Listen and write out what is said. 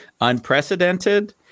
unprecedented